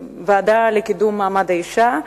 ויתקיים מחר בוועדה לקידום מעמד האשה.